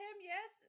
yes